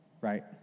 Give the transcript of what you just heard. right